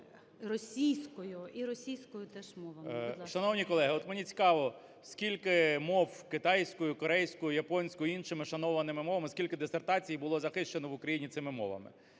ласка. 12:51:18 КНЯЖИЦЬКИЙ М.Л. Шановні колеги, от мені цікаво, скільки мов: китайською, корейською, японською, іншими шанованими мовами, - скільки дисертацій було захищено в Україні цими мовами?